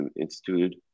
instituted